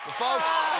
folks,